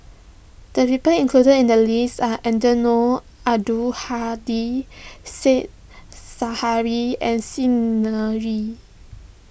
the leopard included in the list are Eddino Abdul Hadi Said Zahari and Xi Ni Er